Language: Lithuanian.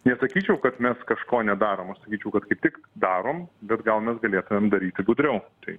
nesakyčiau kad mes kažko nedarom aš sakyčiau kad kaip tik darom bet gal mes galėtumėm daryti gudriau tai